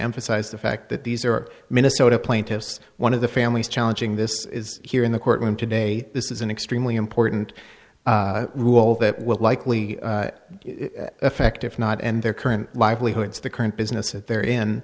emphasize the fact that these are minnesota plaintiffs one of the families challenging this is here in the courtroom today this is an extremely important rule that will likely affect if not end their current livelihoods the current business at they're in